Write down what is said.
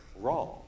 wrong